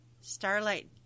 starlight